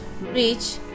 reach